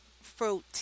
fruit